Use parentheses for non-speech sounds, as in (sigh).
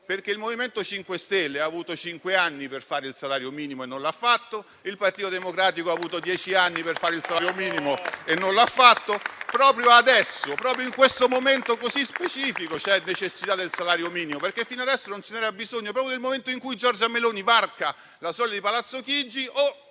cosa. Il MoVimento 5 Stelle ha avuto cinque anni per fare il salario minimo e non l'ha fatto. (applause) Il Partito Democratico ha avuto dieci anni per fare il salario minimo e non l'ha fatto. Proprio adesso, in questo momento specifico, però c'è necessità del salario minimo? Fino ad ora non ce n'era bisogno? Proprio nel momento in cui Giorgia Meloni varca la soglia di Palazzo Chigi,